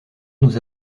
nous